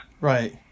Right